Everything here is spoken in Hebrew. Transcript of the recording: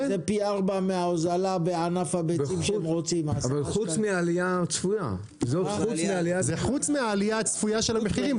זה חוץ מהעלייה הצפויה של המחירים.